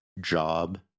job